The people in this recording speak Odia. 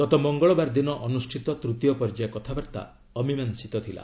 ଗତ ମଙ୍ଗଳବାର ଦିନ ଅନୁଷ୍ଠିତ ତୂତୀୟ ପର୍ଯ୍ୟାୟ କଥାବାର୍ତ୍ତା ଅମୀମାଂସିତ ଥିଲା